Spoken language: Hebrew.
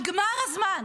נגמר הזמן.